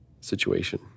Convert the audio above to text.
situation